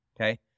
Okay